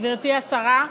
גברתי השרה,